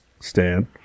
Stan